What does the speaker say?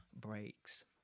breaks